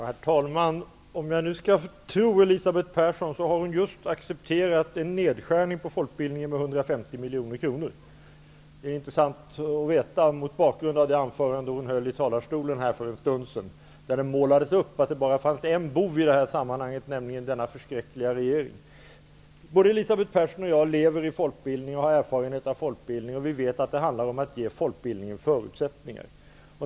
Herr talman! Om jag skall tro Elisabeth Persson har hon just accepterat en nedskärning på folkbildningen med 150 miljoner kronor. Det är intressant att veta mot bakgrund av det anförande som hon höll i talarstolen för en stund sedan, då hon målade upp att det fanns bara en bov i detta sammanhang, nämligen denna förskräckliga regering. Både Elisabeth Persson och jag lever i folkbildningen och har erfarenhet av den, och vi vet att det handlar om att ge folkbildningen förutsättningar.